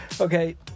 Okay